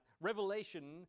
Revelation